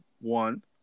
One